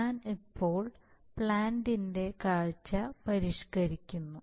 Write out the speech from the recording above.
ഞാൻ ഇപ്പോൾ പ്ലാന്റിന്റെ കാഴ്ച പരിഷ്കരിക്കുന്നു